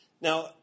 Now